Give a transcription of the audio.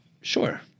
Sure